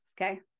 Okay